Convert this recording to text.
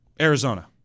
Arizona